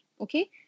okay